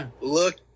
Look